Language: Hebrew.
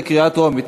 קריאה טרומית.